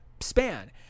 span